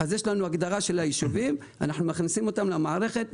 יש לנו הגדרת הישובים - מכניסים אותם למערכת,